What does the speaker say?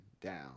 down